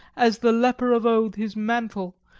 as the leper of old his mantle,